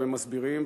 ומסבירים,